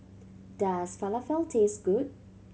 does Falafel taste good